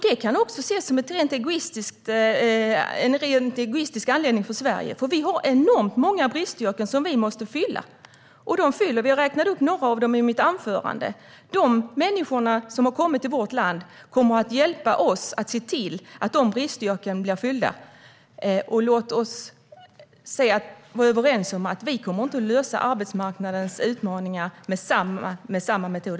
Detta kan också ses som en rent egoistisk anledning för Sverige, för vi har enormt många bristyrken som vi måste fylla. Jag räknade upp några av dem i mitt anförande. De människor som har kommit till vårt land kommer att hjälpa oss att se till att dessa bristyrken blir fyllda. Låt oss vara överens om att vi inte kommer att kunna lösa arbetsmarknadens utmaningar med samma metod.